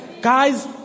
Guys